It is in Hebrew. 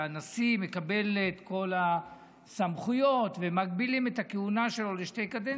שהנשיא מקבל את כל הסמכויות ומגבילים את הכהונה שלו לשתי קדנציות.